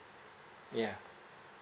yeah